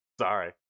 Sorry